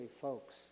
folks